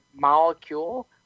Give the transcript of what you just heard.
molecule